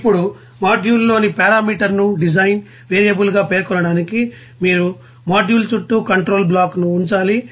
ఇప్పుడు మాడ్యూల్లోని పారామీటర్ను డిజైన్ వేరియబుల్గా పేర్కొనడానికి మీరు మాడ్యూల్ చుట్టూ కంట్రోల్ బ్లాక్ను ఉంచాలి